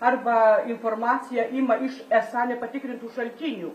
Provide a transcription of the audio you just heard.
arba informaciją ima iš esą nepatikrintų šaltinių